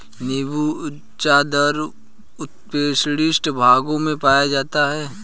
नीबू ज़्यादातर उष्णदेशीय भागों में पाया जाता है